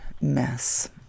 mess